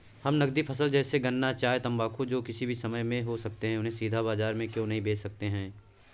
हम नगदी फसल जैसे गन्ना चाय तंबाकू जो किसी भी समय में हो सकते हैं उन्हें सीधा बाजार में क्यो नहीं बेच सकते हैं?